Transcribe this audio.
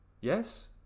Yes